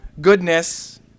goodness